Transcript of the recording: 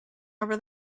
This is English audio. over